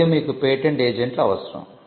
మరియు మీకు పేటెంట్ ఏజెంట్లు అవసరం